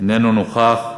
איננו נוכח.